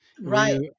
Right